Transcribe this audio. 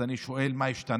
אז אני שואל מה השתנה.